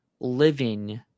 living